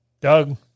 Doug